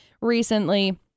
recently